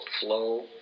flow